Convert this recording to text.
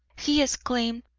he exclaimed,